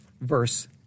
verse